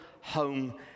home